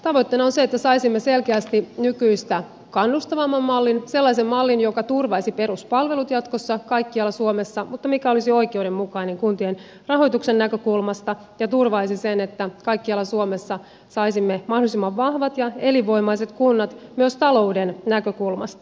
tavoitteena on se että saisimme selkeästi nykyistä kannustavamman mallin sellaisen mallin joka turvaisi peruspalvelut jatkossa kaikkialla suomessa mutta olisi oikeudenmukainen kuntien rahoituksen näkökulmasta ja turvaisi sen että kaikkialla suomessa saisimme mahdollisimman vahvat ja elinvoimaiset kunnat myös talouden näkökulmasta